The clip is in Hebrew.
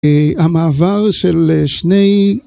המעבר של שני